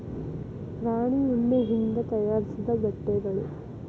ಪ್ರಾಣಿ ಉಣ್ಣಿಯಿಂದ ತಯಾರಿಸಿದ ಬಟ್ಟೆಗಳು